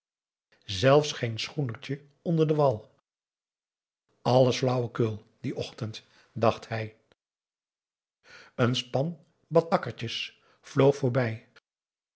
zelfs geen schoenertje onder den wal alles flauwe kul dien ochtend dacht hij een span batakkertjes vloog voorbij